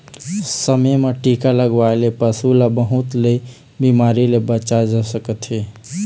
समे म टीका लगवाए ले पशु ल बहुत ले बिमारी ले बचाए जा सकत हे